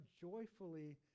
joyfully